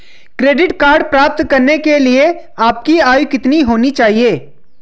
Credit card प्राप्त करने के लिए आपकी आयु कितनी होनी चाहिए?